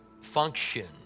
function